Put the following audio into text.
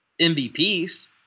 MVPs